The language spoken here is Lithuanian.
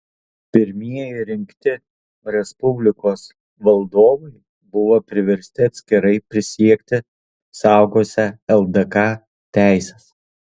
pirmieji rinkti respublikos valdovai buvo priversti atskirai prisiekti saugosią ldk teises